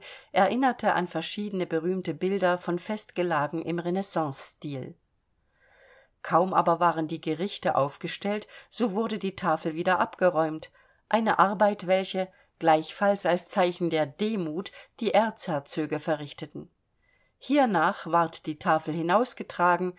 erinnerte an verschiedene berühmte bilder von festgelagen im renaissancestil kaum aber waren die gerichte aufgestellt so wurde die tafel wieder abgeräumt eine arbeit welche gleichfalls als zeichen der demut die erzherzoge verrichteten hiernach ward die tafel